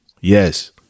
Yes